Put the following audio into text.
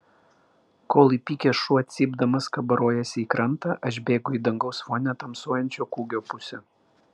kol įpykęs šuo cypdamas kabarojasi į krantą aš bėgu į dangaus fone tamsuojančio kūgio pusę